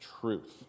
truth